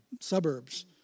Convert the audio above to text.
suburbs